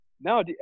no